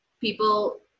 people